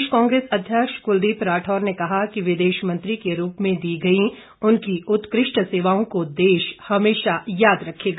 प्रदेश कांग्रेस अध्यक्ष कुलदीप राठौर ने कहा कि विदेश मंत्री के रूप में दी गई उनकी उत्कृष्ट सेवाओं को देश हमेशा याद रखेगा